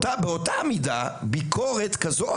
באותם המידה ביקורת כזו,